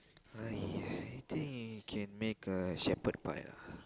!aiya! I think you can make a shepherd pie ah